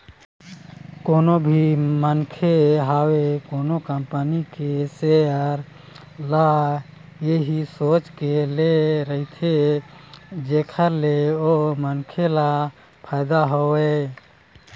कोनो भी मनखे होवय कोनो कंपनी के सेयर ल इही सोच के ले रहिथे जेखर ले ओ मनखे ल फायदा होवय